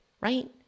right